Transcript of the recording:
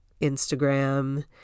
Instagram